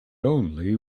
only